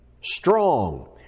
strong